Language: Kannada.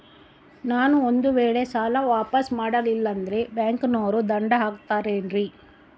ನಾನು ಒಂದು ವೇಳೆ ಸಾಲ ವಾಪಾಸ್ಸು ಮಾಡಲಿಲ್ಲಂದ್ರೆ ಬ್ಯಾಂಕನೋರು ದಂಡ ಹಾಕತ್ತಾರೇನ್ರಿ?